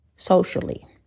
socially